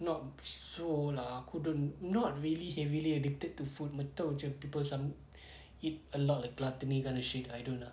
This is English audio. not so lah couldn't not really heavily addicted to food kau tahu macam people some eat a lot of gluttony gonna shit I don't lah